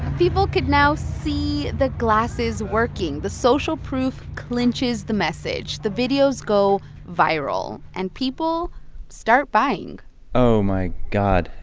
people could now see the glasses working. the social proof clinches the message. the videos go viral. and people start buying oh, my god.